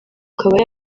akaba